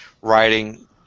writing